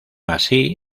así